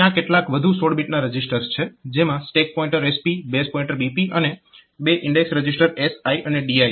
ત્યાં કેટલાક વધુ 16 બીટના રજીસ્ટર્સ છે જેમાં stack pointer SP base pointer BP અને બે ઈન્ડેક્સ રજીસ્ટર SI અને DI છે